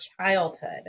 childhood